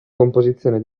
composizione